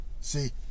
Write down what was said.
see